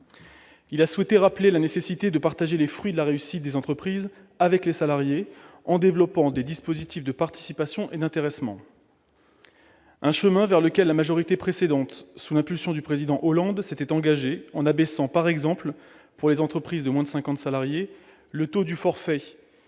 Il a souhaité rappeler la nécessité de partager les fruits de la réussite des entreprises avec les salariés, en développant des dispositifs de participation et d'intéressement. C'est un chemin vers lequel la majorité précédente, sous l'impulsion du président Hollande, s'était engagée en abaissant, par exemple, pour les entreprises de moins de 50 salariés, le taux du forfait